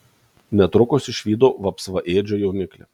netrukus išvydau vapsvaėdžio jauniklį